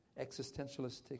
Existentialistic